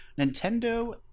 Nintendo